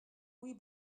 louis